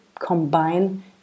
combine